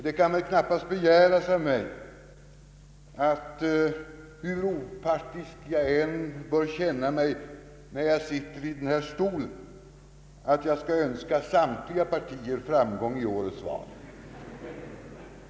Det kan väl knappast begäras av mig, hur opartisk jag än bör känna mig när jag sitter i den här stolen, att jag skall önska samtliga partier framgång i årets val.